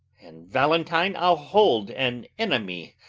and valentine i'll hold an enemy,